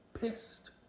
Pissed